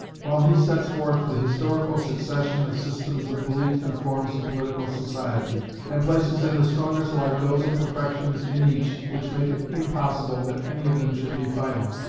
while he sets forth the historical succession of systems of belief and forms of political society, and places in the strongest light those imperfections in each which make it impossible that any of them should be final,